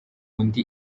undi